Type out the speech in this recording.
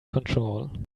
control